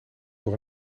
door